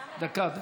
דקה.